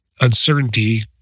uncertainty